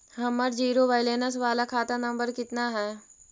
हमर zero balance बाला खाता नम्बर कितना है?